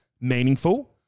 meaningful